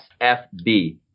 SFB